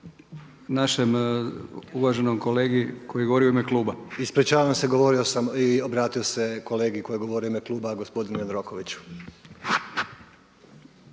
našem uvaženom kolegi koji je govorio u ime kluba? **Klisović, Joško (SDP)** Ispričavam se govorio sam i obratio se kolegi koji je govorio u ime kluba gospodinu Jandrokoviću.